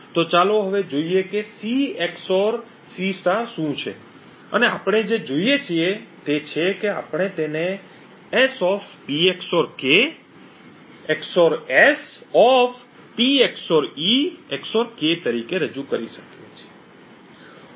તો હવે ચાલો જોઈએ કે C XOR C શું છે અને આપણે જે જોઈએ છીએ તે છે કે આપણે તેને S P XOR K XOR S P XOR e XOR k તરીકે રજૂ કરી શકીએ